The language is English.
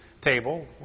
table